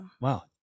Wow